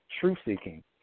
truth-seeking